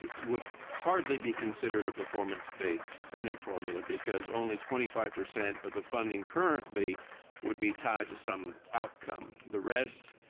would hardly be considered a performance based funding formula because only twenty five percent of the funding currently would be tied to some outcome. the rest